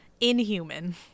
Inhuman